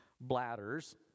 bladders